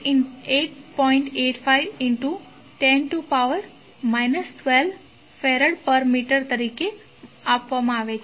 85 x 10 12 Fm તરીકે આપવામાં આવે છે